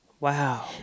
Wow